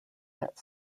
that